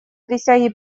присяге